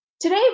Today